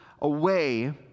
away